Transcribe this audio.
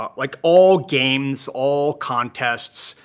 um like all games, all contests,